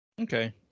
Okay